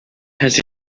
has